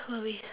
sorry